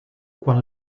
quan